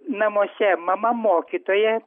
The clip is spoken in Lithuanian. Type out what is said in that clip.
namuose mama mokytoja